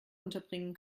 unterbringen